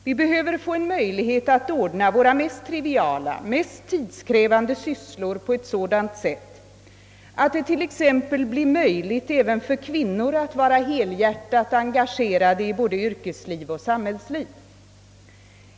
Vi behöver få resurser att ordna våra mest triviala och tidskrävande sysslor på ett sådant sätt, att det t.ex. blir möjligt även för kvinnor att helhjärtat engagera sig i både yrkesliv och samhällsliv.